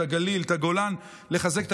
את הגליל ואת הגולן,